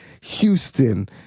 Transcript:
Houston